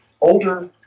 older